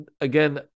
again